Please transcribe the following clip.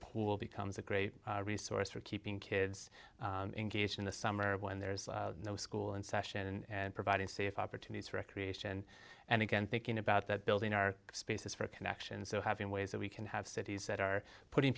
pool becomes a great resource for keeping kids engaged in the summer when there's no school in session and providing safe opportunities for recreation and again thinking about that building are spaces for connections so having ways that we can have cities that are putting